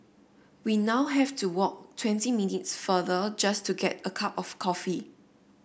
we now have to walk twenty minutes farther just to get a cup of coffee